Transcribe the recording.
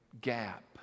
gap